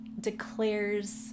declares